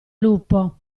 lupo